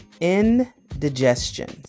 indigestion